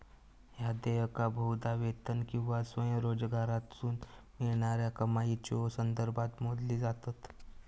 ह्या देयका बहुधा वेतन किंवा स्वयंरोजगारातसून मिळणाऱ्या कमाईच्यो संदर्भात मोजली जातत